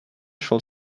shall